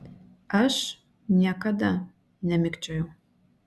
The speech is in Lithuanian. aš niekada nemikčiojau